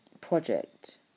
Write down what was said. project